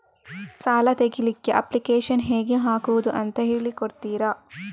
ಸಾಲ ತೆಗಿಲಿಕ್ಕೆ ಅಪ್ಲಿಕೇಶನ್ ಹೇಗೆ ಹಾಕುದು ಅಂತ ಹೇಳಿಕೊಡ್ತೀರಾ?